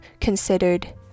considered